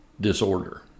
disorder